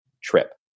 trip